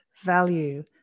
value